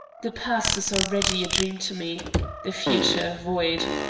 the past is already a dream to me the future void.